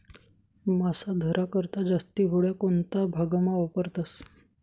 मासा धरा करता जास्ती होड्या कोणता भागमा वापरतस